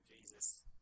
Jesus